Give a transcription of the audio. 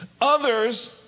Others